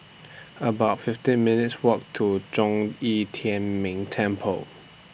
about fifty minutes' Walk to Zhong Yi Tian Ming Temple